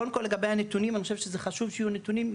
קודם כל לגבי הנתונים אני חושב שזה חשוב שיהיו נתונים,